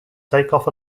takeoff